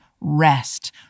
rest